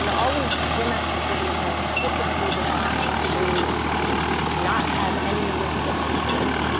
you know all these gym activities are purposely designed to not have any risk of injury,